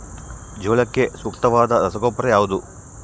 ಜೋಳಕ್ಕೆ ಸೂಕ್ತವಾದ ರಸಗೊಬ್ಬರ ಯಾವುದು?